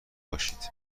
باشید